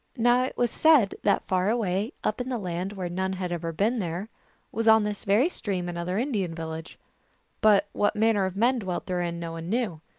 now it was said that far away up in the land where none had ever been there was on this very stream another indian village but what manner of men dwelt therein no one knew.